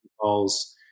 calls